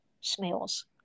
smells